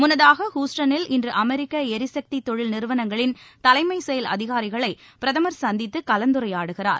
முன்னதாக ஹூஸ்டனில் இன்று அமெரிக்க எரிசக்தி தொழில் நிறுவனங்களின் தலைமைச் செயல் அதிகாரிகளை பிரதமர் சந்தித்து கலந்துரையாடுகிறார்